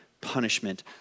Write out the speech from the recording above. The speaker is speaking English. punishment